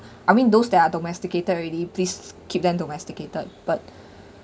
I mean those that are domesticated already please keep them domesticated but